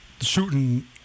shooting